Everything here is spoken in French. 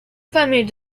famille